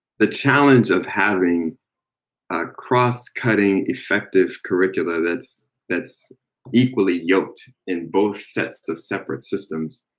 the challenge of having a crosscutting effective curricula that's that's equally yoked in both sets of separate systems,